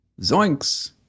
Zoinks